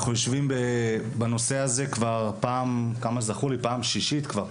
לפי מה שזכור לי אנחנו יושבים בנושא הזה פעם שישית כבר.